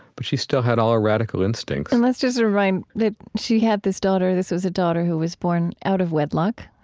but she still had all her radical instincts and let's just remind that she had this daughter, this was a daughter who was born out of wedlock,